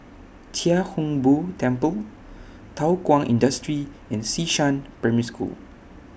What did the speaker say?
Chia Hung Boo Temple Thow Kwang Industry and Xishan Primary School